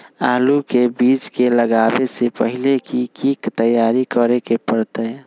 आलू के बीज के लगाबे से पहिले की की तैयारी करे के परतई?